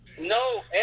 No